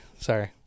sorry